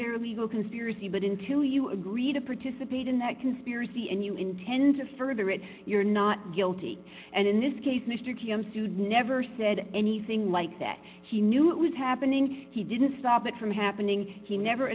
their legal conspiracy but until you agree to participate in that conspiracy and you intend to further it you're not guilty and in this case mr t m sued never said anything like that he knew it was happening he didn't stop it from happening he never